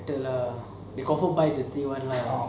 they confirm buy three one lah